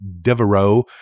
Devereaux